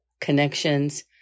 connections